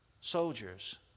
soldiers